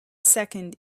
second